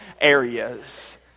areas